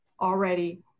already